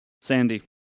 Sandy